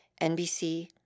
NBC